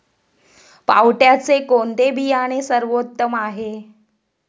पावट्याचे कोणते बियाणे सर्वोत्तम आहे?